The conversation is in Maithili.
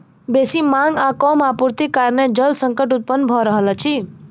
बेसी मांग आ कम आपूर्तिक कारणेँ जल संकट उत्पन्न भ रहल अछि